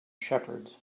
shepherds